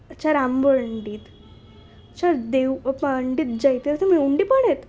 अच्छा राम पंडित अच्छा देव पंडित जयतीर्थ मेवुंडी पण आहेत